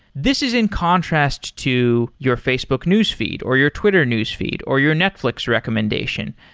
this is in contrast to your facebook newsfeed, or your twitter newsfeed, or your netflix recommendation.